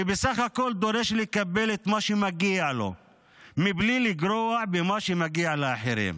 שבסך הכול דורש לקבל את מה שמגיע לו בלי לגרוע ממה שמגיע לאחרים.